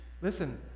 Listen